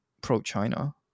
pro-China